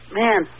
man